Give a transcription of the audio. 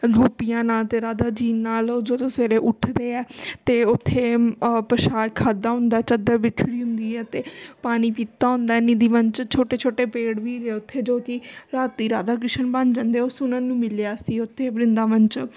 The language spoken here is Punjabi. ਗੋਪੀਆਂ ਨਾਲ ਅਤੇ ਰਾਧਾ ਜੀ ਨਾਲ ਉਹ ਜੋ ਜੋ ਸਵੇਰੇ ਉੱਠਦੇ ਆ ਅਤੇ ਉੱਥੇ ਪ੍ਰਸ਼ਾਦ ਖਾਧਾ ਹੁੰਦਾ ਚੱਦਰ ਬਿਖਰੀ ਹੁੰਦੀ ਹੈ ਅਤੇ ਪਾਣੀ ਪੀਤਾ ਹੁੰਦਾ ਨਿੱਧੀ ਵਣ 'ਚ ਛੋਟੇ ਛੋਟੇ ਪੇੜ ਵੀ ਹੈਗੇ ਉੱਥੇ ਜੋ ਕਿ ਰਾਤੀ ਰਾਧਾ ਕ੍ਰਿਸ਼ਨ ਬਣ ਜਾਂਦੇ ਉਹ ਸੁਣਨ ਨੂੰ ਮਿਲਿਆ ਸੀ ਉੱਥੇ ਵਰਿੰਦਾਵਨ 'ਚ